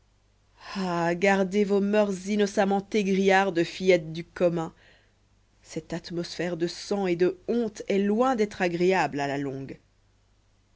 gardez vos moeurs innocemment égrillardes fillettes du commun cette atmosphère de sang et de honte est loin d'être agréable à la longue